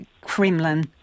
Kremlin